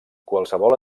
qualsevol